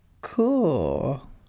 cool